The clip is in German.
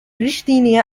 richtlinie